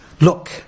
Look